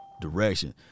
direction